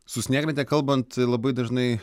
su snieglente kalbant labai dažnai